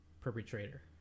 perpetrator